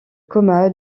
coma